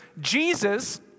Jesus